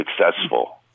successful